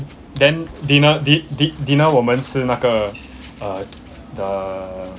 then dinner di~ di~ dinner 我们吃那个 uh the